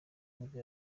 nibwo